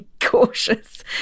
cautious